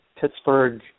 Pittsburgh